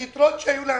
היתרות שהיו להם,